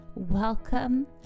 Welcome